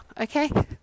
okay